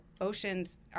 oceans